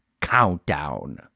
countdown